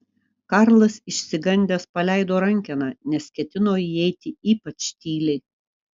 karlas išsigandęs paleido rankeną nes ketino įeiti ypač tyliai